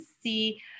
see